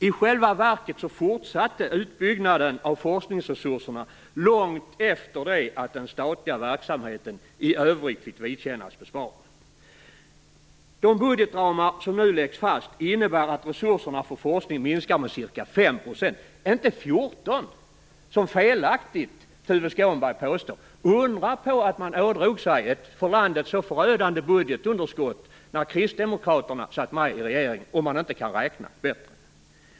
I själva verket fortsatte utbyggnaden av forskningsresurserna långt efter det att den statliga verksamheten i övrigt fick vidkännas besparingar. De budgetramar som nu läggs fast innebär att resurserna för forskning minskar med ca 5 %, inte med 14 % som Tuve Skånberg felaktigt påstår. Undra på att man ådrog sig ett för landet så förödande budgetunderskott när kristdemokraterna var med i regeringen, om de inte kan räkna bättre.